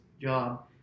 job